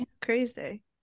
Crazy